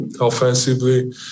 Offensively